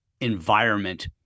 environment